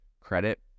Credit